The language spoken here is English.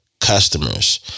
customers